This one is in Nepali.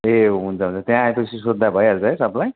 ए हुन्छ हुन्छ त्यहाँ आए पछि सोद्धा भइहाल्छ है सबलाई